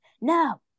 No